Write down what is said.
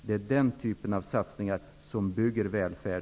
Det är den typen av satsningar som bygger välfärd.